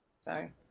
Sorry